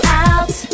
out